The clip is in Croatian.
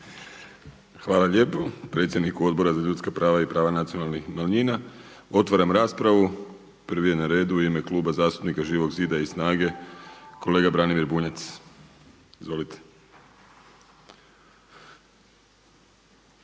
Hvala lijepo predsjedniku Odbora za ljudska prava i prava nacionalnih manjina. Otvaram raspravu. Prvi je na redu u ime Kluba zastupnika Živog zida i snage kolega Branimir Bunjac. Izvolite.